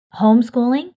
homeschooling